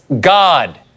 God